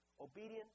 obedience